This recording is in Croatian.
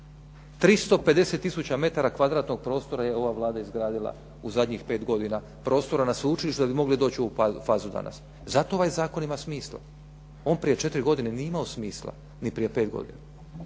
350 tisuća metara kvadratnog prostora je ova Vlada izgradila u zadnjih 5 godina prostora na sveučilištu da bi mogli doći u ovu fazu danas. Zato ovaj zakon ima smisla. On prije 4 godine nije imao smisla, ni prije 5 godina.